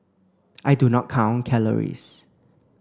I do not count calories